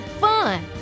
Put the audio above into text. fun